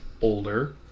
older